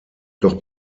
doch